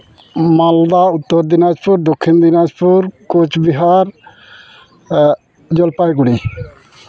Malda Uttar Dinajpur Dakshin Dinajpur Coochbehar Jalpaiguri